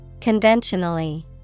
Conventionally